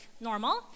normal